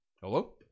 Hello